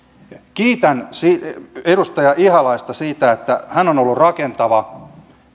kiitän edustaja ihalaista siitä että hän on ollut rakentava